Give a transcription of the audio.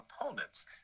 opponents